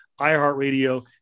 iHeartRadio